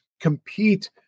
compete